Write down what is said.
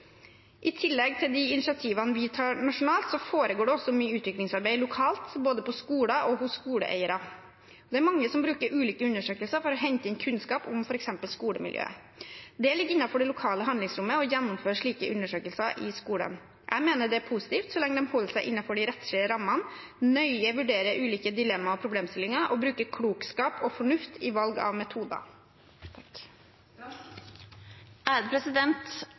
I tillegg til de initiativene vi tar nasjonalt, foregår det også mye utviklingsarbeid lokalt, både på skoler og hos skoleeiere. Det er mange som bruker ulike undersøkelser for å hente inn kunnskap om f.eks. skolemiljøet. Det ligger innenfor det lokale handlingsrommet å gjennomføre slike undersøkelser i skolen. Jeg mener det er positivt så lenge de holder seg innenfor de rettslige rammene, nøye vurderer ulike dilemmaer og problemstillinger og bruker klokskap og fornuft i valg av metoder.